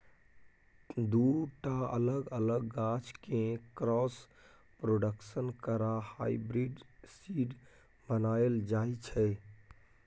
दु टा अलग अलग गाछ केँ क्रॉस प्रोडक्शन करा हाइब्रिड सीड बनाएल जाइ छै